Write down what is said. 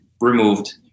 removed